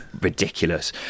ridiculous